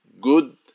good